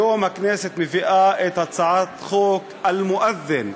היום הכנסת מביאה את הצעת חוק אל-מואד'ן,